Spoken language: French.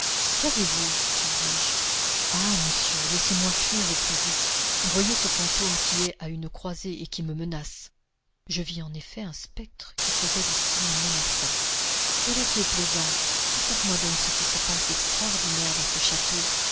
qu'avez-vous lui dis-je ah monsieur laissez-moi fuir au plus vite voyez ce fantôme qui est à une croisée et qui me menace je vis en effet un spectre qui faisait des signes menaçans voilà qui est plaisant raconte-moi donc ce qui se passe d'extraordinaire dans ce château